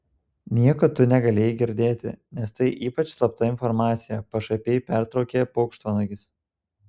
nieko tu negalėjai girdėti nes tai ypač slapta informacija pašaipiai pertraukė paukštvanagis